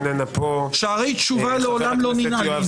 שערי תשובה לעולם לא ננעלו.